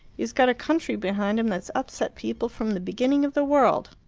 he's got a country behind him that's upset people from the beginning of the world.